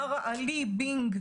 מר עלי בינג.